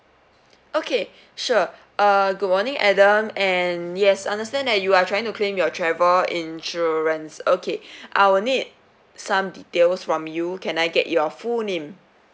okay sure uh good morning adam and yes understand that you are trying to claim your travel insurance okay I will need some details from you can I get your full name